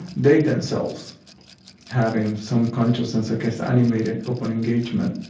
they themselves having some consciousness i guess animated, open engagement.